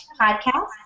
podcast